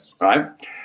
right